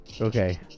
Okay